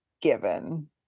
given